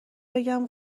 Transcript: بگم